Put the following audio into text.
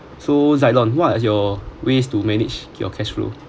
so zilon what're your ways to manage your cash flow